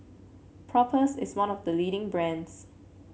Propass is one of the leading brands